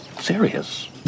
serious